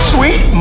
Sweet